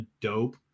dope